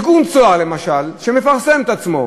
ארגון "צהר", למשל, שמפרסם את עצמו